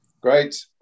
Great